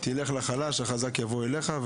לך לחלש, החזק יבוא אליך.